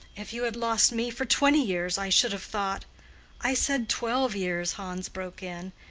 if you had lost me for twenty years, i should have thought i said twelve years, hans broke in.